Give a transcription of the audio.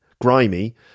grimy